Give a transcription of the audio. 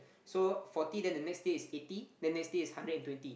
so forty then the next tier is eighty then next tier is hundred and twenty